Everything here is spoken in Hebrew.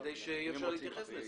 כדי שאפשר יהיה להתייחס לזה.